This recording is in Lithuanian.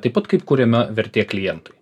taip pat kaip kuriama vertė klientui